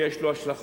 ויש לו השלכות,